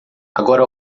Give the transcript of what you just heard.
agora